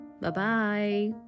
Bye-bye